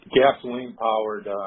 gasoline-powered